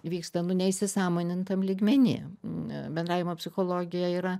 vyksta nu neįsisąmonintam lygmeny bendravimo psichologija yra